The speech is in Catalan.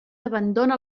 abandona